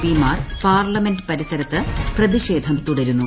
പിമാർ പാർലമെന്റ് പരിസരത്ത് പ്രതിഷേധം തുടരുന്നു